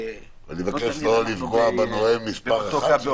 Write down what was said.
אני מבקש לא לפגוע בנואם מס' אחד --- לא תמיד אנחנו באותו קו,